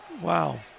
Wow